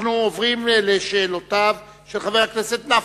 אנחנו עוברים לשאלותיו של חבר הכנסת נפאע.